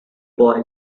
boy